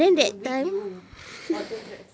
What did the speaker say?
in a week you order grab food